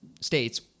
states